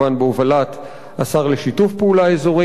בהובלת השר לשיתוף פעולה אזורי.